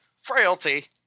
frailty